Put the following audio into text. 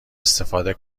استفاده